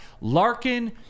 Larkin